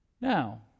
Now